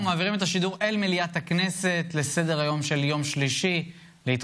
היום יום שלישי ז'